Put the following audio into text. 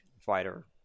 Fighter